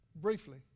briefly